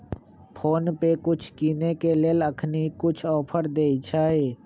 PhonePe कुछ किनेय के लेल अखनी कुछ ऑफर देँइ छइ